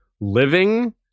living